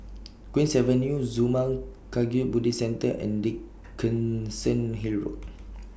Queen's Avenue Zurmang Kagyud Buddhist Centre and Dickenson Hill Road